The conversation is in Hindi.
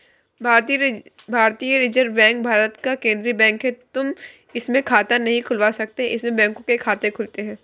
भारतीय रिजर्व बैंक भारत का केन्द्रीय बैंक है, तुम इसमें खाता नहीं खुलवा सकते इसमें बैंकों के खाते खुलते हैं